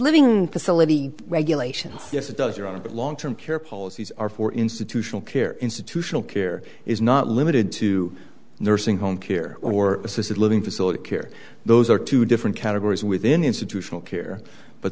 living facility regulations yes it does your own but long term care policies are for institutional care institutional care is not limited to nursing home care or assisted living facility care those are two different categories within institutional care but